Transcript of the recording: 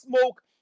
smoke